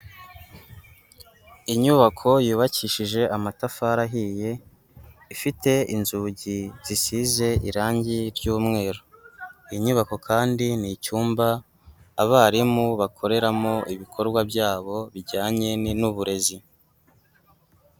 Inyubako yubakishije amatafari ahiye, ifite inzugi zisize irangi ry'umweru, iyi nyubako kandi ni icyumba abarimu bakoreramo ibikorwa byabo bijyanye n'uburezi.